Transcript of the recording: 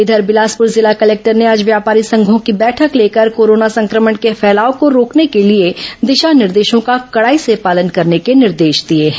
इधर बिलासपुर जिला कलेक्टर ने आज व्यापारी संघों की बैठक लेकर कोरोना संक्रमण के फैलाव को रोकने के लिए दिशा निर्देशों का कड़ाई से पालन करने के निर्देश दिए हैं